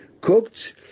cooked